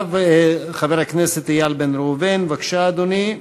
חבר הכנסת איל בן ראובן, בבקשה, אדוני.